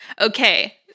Okay